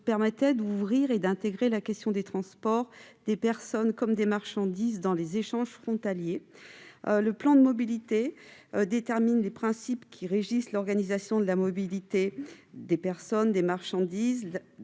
permettait d'intégrer la question des transports de personnes et de marchandises dans les échanges transfrontaliers. Le plan de mobilité détermine les principes qui régissent l'organisation de la mobilité des personnes et des marchandises, de